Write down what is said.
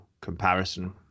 comparison